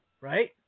right